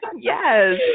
Yes